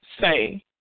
say